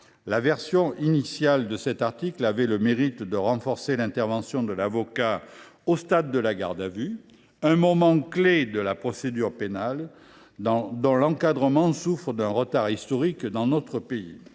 La version initiale de cet article avait le mérite de renforcer l’intervention de l’avocat au stade de la garde à vue, ce moment clé de la procédure pénale, dont l’encadrement souffre d’un retard historique dans notre pays.